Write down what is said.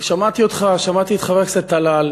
שמעתי אותך, שמעתי את חבר הכנסת טלאל,